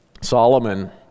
Solomon